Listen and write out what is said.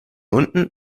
unten